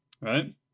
right